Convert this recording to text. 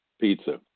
pizza